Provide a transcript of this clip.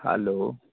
hello